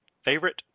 Favorite